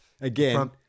again